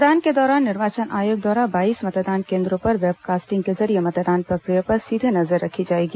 मतदान के दौरान निर्वाचन आयोग द्वारा बाईस मतदान केन्द्रो पर वेबकास्टिंग के जरिये मतदान प्रक्रिया पर सीधे नजर रखी जाएगी